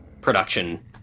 production